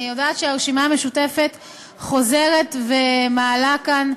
אני יודעת שהרשימה המשותפת חוזרת ומעלה כאן,